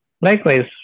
Likewise